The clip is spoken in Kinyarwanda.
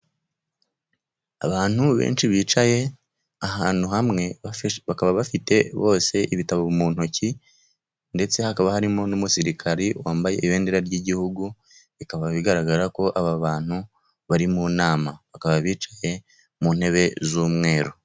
Abantu benshi bicaye ahantu hamwe, bakaba bafite bose ibitabo mu ntoki. Ndtese hakaba harimo n'umusirikari wambaye ibendera ry'igihugu, bikaba bigaragara ko aba bantu bari mu nama, bakaba bicaye mu ntebe z’umweru.